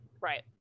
Right